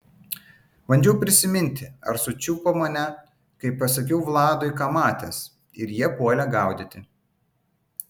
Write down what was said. bandžiau prisiminti ar sučiupo mane kai pasakiau vladui ką matęs ir jie puolė gaudyti